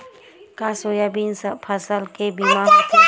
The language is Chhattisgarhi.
का सोयाबीन फसल के बीमा होथे?